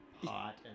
Hot